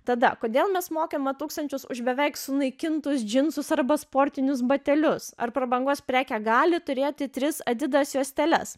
tada kodėl mes mokame tūkstančius už beveik sunaikintus džinsus arba sportinius batelius ar prabangos prekė gali turėti tris adidas juosteles